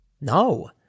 No